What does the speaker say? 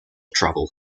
travel